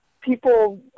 people